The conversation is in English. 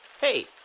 Hey